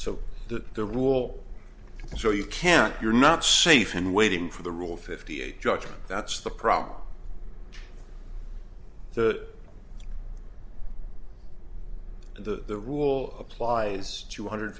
so that the rule so you can't you're not safe and waiting for the rule fifty eight judgment that's the problem the the rule applies two hundred